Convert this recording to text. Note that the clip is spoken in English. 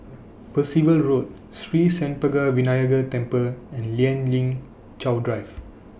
Percival Road Sri Senpaga Vinayagar Temple and Lien Ling Chow Drive